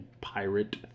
pirate